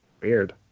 Weird